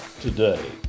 today